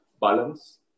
balance